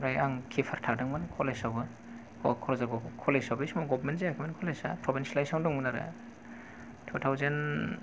ओमफ्राय आं किपार थादोंमोन कलेज आवबो ग'भ कलेज आव बै समाव ग'भर्नमेन्ट जायाखैमोन कलेज आ प्रभिनसियेलाइजेसन दंमोन आरो टु थाउजेन्द